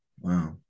Wow